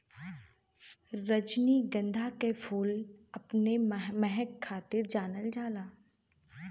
रजनीगंधा के फूल अपने महक खातिर जानल जात बा